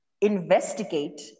investigate